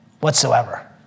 whatsoever